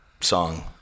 song